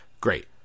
great